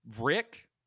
Rick